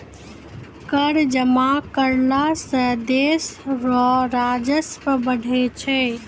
कर जमा करला सं देस रो राजस्व बढ़ै छै